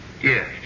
Yes